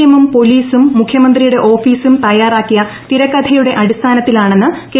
എമ്മും പോലീസും മുഖ്യമന്ത്രിയുടെ ഓഫീസും തയ്യാറാക്കിയ തിരക്കഥയുടെ അടിസ്ഥാനത്തിലാണെന്ന് കെ